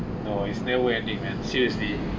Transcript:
no is never it man seriously